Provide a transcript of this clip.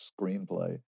screenplay